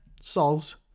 solves